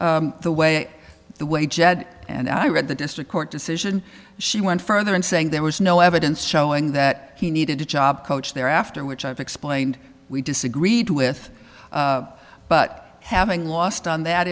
benefits the way the way jed and i read the district court decision she went further in saying there was no evidence showing that he needed a job coach there after which i've explained we disagreed with but having lost on that